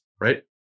right